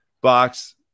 box